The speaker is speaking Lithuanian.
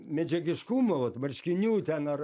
medžiagiškumo vat marškinių ten ar